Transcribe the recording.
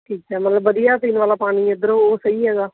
ਠੀਕ ਹੈ ਮਤਲਬ ਵਧੀਆ ਪੀਣ ਵਾਲਾ ਪਾਣੀ ਇੱਧਰੋਂ ਸਹੀ ਹੈਗਾ